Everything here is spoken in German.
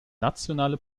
nationale